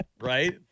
Right